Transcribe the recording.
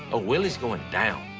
ah willie's going down.